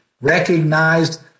recognized